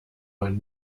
man